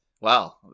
Wow